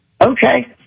Okay